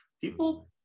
People